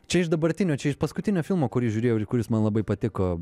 čia iš dabartinio čia iš paskutinio filmo kurį žiūrėjau ir kuris man labai patiko